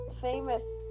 famous